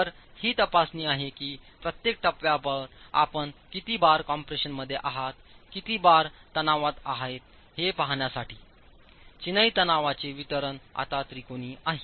तर ही तपासणी आहे की प्रत्येक टप्प्यावर आपण किती बार कम्प्रेशनमध्ये आहात किती बार तणावात आहेत हे पहाण्यासाठी चिनाई तणावाचे वितरण आता त्रिकोणी आहे